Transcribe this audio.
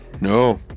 no